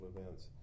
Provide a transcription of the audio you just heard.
events